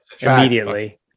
immediately